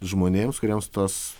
žmonėms kuriems tos